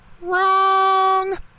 wrong